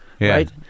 right